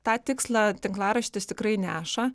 tą tikslą tinklaraštis tikrai neša